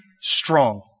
strong